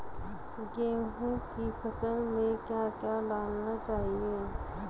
गेहूँ की फसल में क्या क्या डालना चाहिए?